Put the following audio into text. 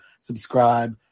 subscribe